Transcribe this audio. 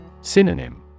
Synonym